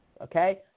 Okay